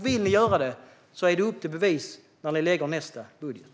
Vill ni göra det är det upp till bevis när ni lägger fram nästa budget.